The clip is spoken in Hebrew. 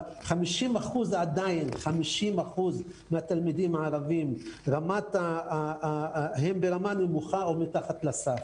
50% עדיין מהתלמידים הערבים הם ברמה נמוכה או מתחת לסף.